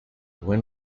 when